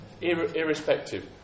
irrespective